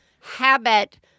habit